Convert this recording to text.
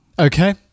Okay